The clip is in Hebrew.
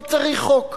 לא צריך חוק.